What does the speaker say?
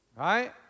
Right